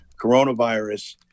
coronavirus